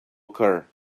occur